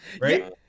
Right